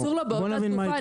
אסור לו באותה תקופה,